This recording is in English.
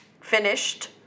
finished